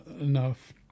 enough